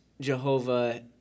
Jehovah